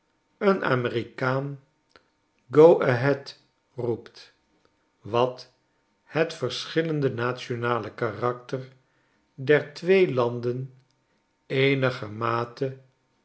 een amerikaan go ahead a roept wat het verschillende nationale karakter der twee landen